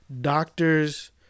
doctors